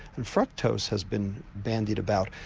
and fructose has been bandied about.